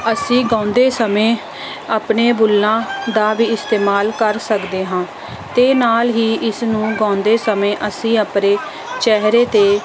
ਅਸੀਂ ਗਾਉਂਦੇ ਸਮੇਂ ਆਪਣੇ ਬੁੱਲਾਂ ਦਾ ਵੀ ਇਸਤੇਮਾਲ ਕਰ ਸਕਦੇ ਹਾਂ ਅਤੇ ਨਾਲ ਹੀ ਇਸ ਨੂੰ ਗਾਉਦੇਂ ਸਮੇਂ ਅਸੀਂ ਆਪਣੇ ਚਿਹਰੇ ਅਤੇ